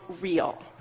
real